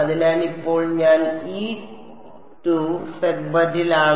അതിനാൽ ഇപ്പോൾ ഞാൻസെഗ്മെന്റിലാണ്